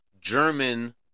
German